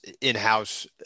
in-house